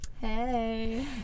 Hey